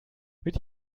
mit